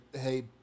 hey